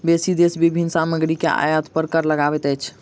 बेसी देश विभिन्न सामग्री के आयात पर कर लगबैत अछि